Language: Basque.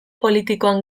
politikoan